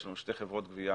יש לנו שתי חברות גבייה